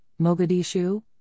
Mogadishu